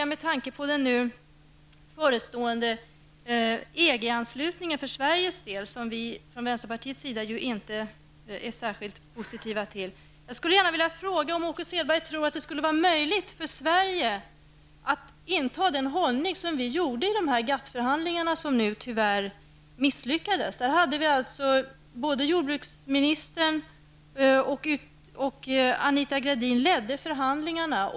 Med tanke på den förestående EG-anslutningen för Sveriges del -- som vi från vänsterpartiets sida inte är så särskilt positiva till -- undrar jag om Åke Selberg tror att det är möjligt för Sverige att inta den hållning som gjordes i GATT-förhandlingarna som tyvärr misslyckades. Jordbruksministern och Anita Gradin ledde förhandlingarna.